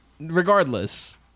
regardless